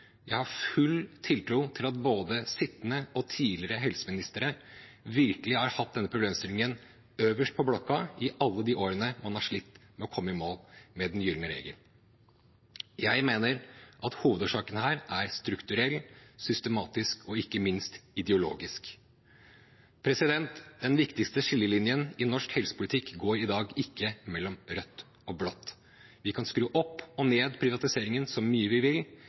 Jeg har full tiltro til at både sittende helseminister og tidligere helseministre virkelig har hatt denne problemstillingen øverst på blokka i alle de årene man har slitt med å komme i mål med den gylne regel. Jeg mener at hovedårsaken her er strukturell, systematisk og ikke minst ideologisk. Den viktigste skillelinjen i norsk helsepolitikk går i dag ikke mellom rødt og blått. Vi kan skru opp og ned privatiseringen så mye vi vil